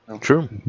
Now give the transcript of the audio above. True